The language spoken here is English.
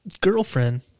girlfriend